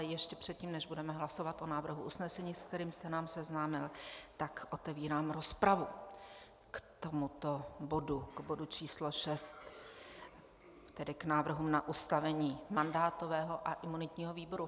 Ještě předtím, než budeme hlasovat o návrhu usnesení, se kterým jste nás seznámil, otevírám rozpravu k tomuto bodu, k bodu číslo 6, tedy k návrhu na ustavení mandátového a imunitního výboru.